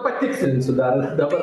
patikslinsiu dar dabar